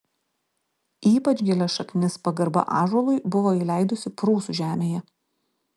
ypač gilias šaknis pagarba ąžuolui buvo įleidusi prūsų žemėje